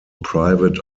private